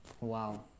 Wow